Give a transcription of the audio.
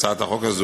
על הצעת החוק הזאת,